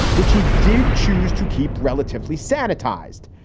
which he did choose to keep relatively sanitized.